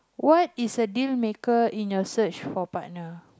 what is a dealmaker in your search for partner